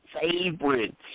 favorites